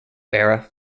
era